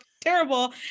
terrible